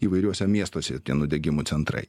įvairiuose miestuose tie nudegimų centrai